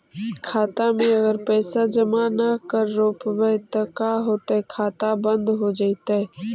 खाता मे अगर पैसा जमा न कर रोपबै त का होतै खाता बन्द हो जैतै?